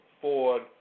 Ford